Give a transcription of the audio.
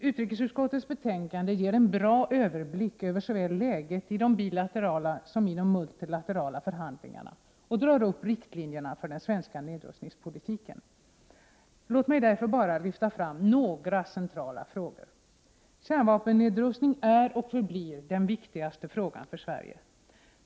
Utrikesutskottets betänkande ger en bra överblick över läget såväl i de bilaterala som i de multilaterala förhandlingarna och drar upp riktlinjerna för den svenska nedrustningspolitiken. Låt mig därför bara lyfta fram några centrala frågor. Kärnvapennedrustning är och förblir den viktigaste frågan för Sverige.